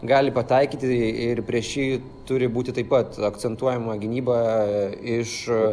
gali pataikyti ir prieš jį turi būti taip pat akcentuojama gynyba iš